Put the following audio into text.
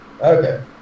Okay